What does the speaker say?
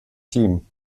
team